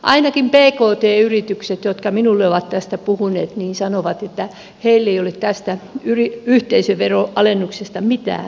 ainakin pkt yritykset jotka minulle ovat tästä puhuneet sanovat että heille ei ole tästä yhteisöveron alennuksesta mitään hyötyä